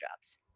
jobs